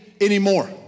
anymore